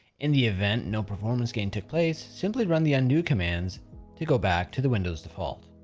in the event no performance gain took place, simply run the undo commands to go back to the windows default,